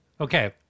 okay